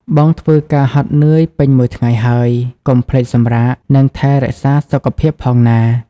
បងធ្វើការហត់នឿយពេញមួយថ្ងៃហើយ កុំភ្លេចសម្រាក និងថែរក្សាសុខភាពផងណា។